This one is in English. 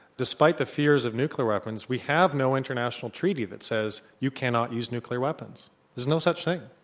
despite the fears of nuclear weapons, we have no international treaty that says you cannot use nuclear weapons there's no such thing.